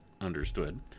understood